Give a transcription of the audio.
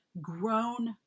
grown